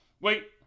Wait